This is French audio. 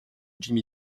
jimmy